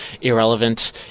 irrelevant